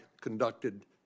conducted